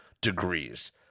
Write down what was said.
degrees